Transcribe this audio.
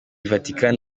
vatikani